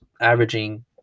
averaging